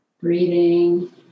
breathing